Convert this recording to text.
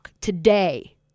today